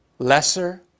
lesser